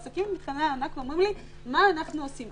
העסקים במתחמי הענק שואלים אותי: מה אנחנו עושים?